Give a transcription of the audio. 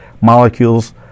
molecules